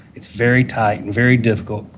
it's very tight and very difficult,